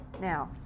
Now